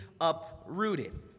uprooted